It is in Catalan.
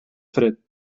fred